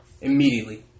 Immediately